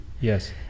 Yes